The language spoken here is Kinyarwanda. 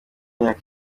myaka